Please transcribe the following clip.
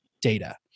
data